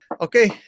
Okay